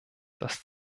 das